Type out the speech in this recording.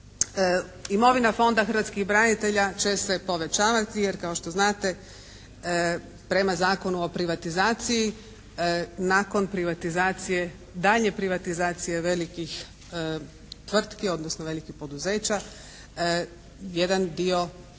Imovina Fonda hrvatskih branitelja će se povećavati, jer kao što znate prema Zakonu o privatizaciji nakon privatizacije, dalje privatizacije velikih tvrtki, odnosno velikih poduzeća, jedan dio